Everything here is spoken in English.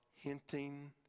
hinting